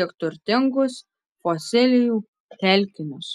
tiek turtingus fosilijų telkinius